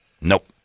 Nope